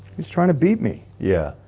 it's trying to beat me yeah,